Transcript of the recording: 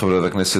חברת הכנסת